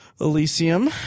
Elysium